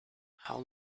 how